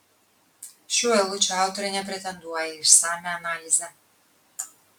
šių eilučių autorė nepretenduoja į išsamią analizę